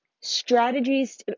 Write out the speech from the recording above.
Strategies